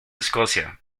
escocia